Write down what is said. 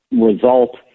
result